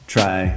Try